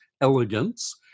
elegance